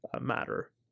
matter